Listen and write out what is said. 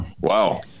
Wow